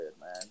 man